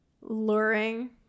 luring